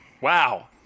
Wow